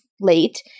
late